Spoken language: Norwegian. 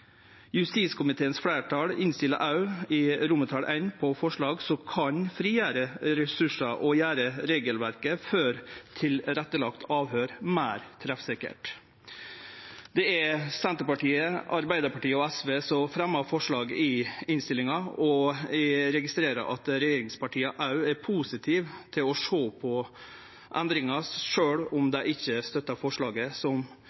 i I òg på forslag som kan frigjere ressursar og gjere regelverket for tilrettelagt avhøyr meir treffsikkert. Det er Senterpartiet, Arbeidarpartiet og SV som har fremja forslaget til vedtak i innstillinga, og eg registrerer at regjeringspartia er positive til sjå på endringar, sjølv om dei ikkje støttar forslaget som